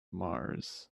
mars